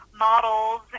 models